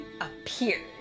appeared